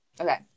Okay